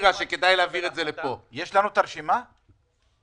לנו את הרשימה?